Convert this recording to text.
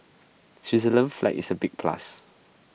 Switzerland's flag is A big plus